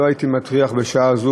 לא הייתי מטריח בשעה זו,